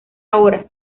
ahora